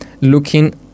looking